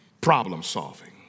problem-solving